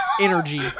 energy